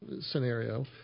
scenario